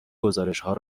گزارشهای